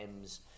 Ms